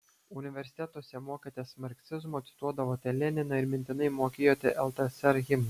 universitetuose mokėtės marksizmo cituodavote leniną ir mintinai mokėjote ltsr himną